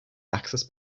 access